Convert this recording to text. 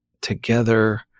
together